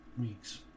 weeks